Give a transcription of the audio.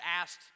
asked